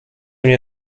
nie